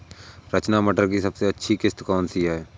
रचना मटर की सबसे अच्छी किश्त कौन सी है?